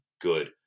good